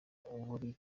buri